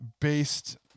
based